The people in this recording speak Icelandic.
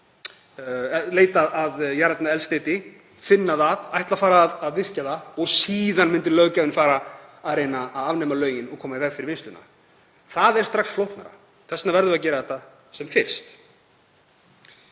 leit að jarðefnaeldsneyti, finna það og ætla að fara að vinna það ef löggjafinn færi þá að reyna að afnema lögin og koma í veg fyrir vinnsluna. Það væri strax flóknara. Þess vegna verðum við að gera þetta sem fyrst